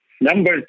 Number